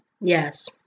Yes